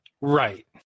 Right